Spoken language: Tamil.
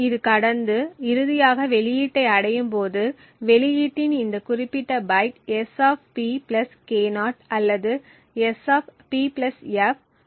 இது கடந்து இறுதியாக வெளியீட்டை அடையும் போது வெளியீட்டின் இந்த குறிப்பிட்ட பைட் S P K0 அல்லது S P f K0 ஆகும்